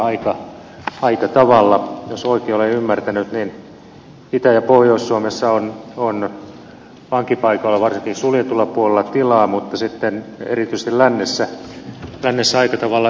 jos oikein olen ymmärtänyt niin itä ja pohjois suomessa on vankipaikoilla varsinkin suljetulla puolella tilaa mutta sitten erityisesti lännessä aika tavalla ylitäyttöä